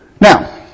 Now